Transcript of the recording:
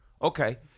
Okay